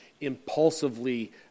impulsively